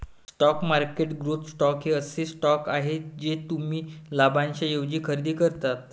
stock market growth stocks हे असे stocks आहेत जे तुम्ही लाभांशाऐवजी खरेदी करता